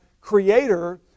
Creator